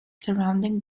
surrounding